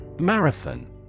Marathon